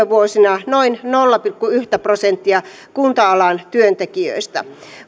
vuosina noin nolla pilkku yhtä prosenttia kunta alan työntekijöistä